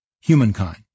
humankind